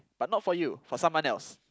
but not for you for someone else